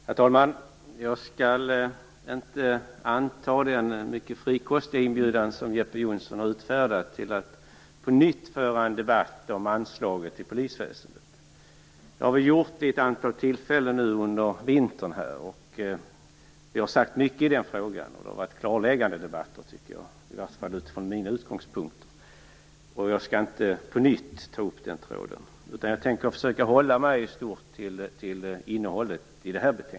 Herr talman! Jag skall inte anta den mycket frikostiga inbjudan som Jeppe Johnsson utfärdade till att på nytt föra en debatt om anslaget till polisväsendet. Den debatten har vi fört vid ett antal tillfällen under vintern. Vi har sagt mycket i frågan, och debatterna har varit klarläggande i varje fall från min utgångspunkt. Jag skall inte ta upp den tråden på nytt, utan jag tänker försöka hålla mig till innehållet i betänkandet.